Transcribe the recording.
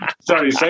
sorry